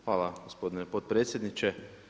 Hvala gospodine potpredsjedniče.